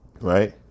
Right